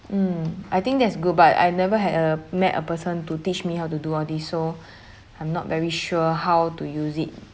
mm I think that's good but I never had a met a person to teach me how to do all these so I'm not very sure how to use it